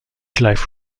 life